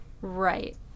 Right